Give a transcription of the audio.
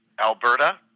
Alberta